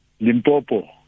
Limpopo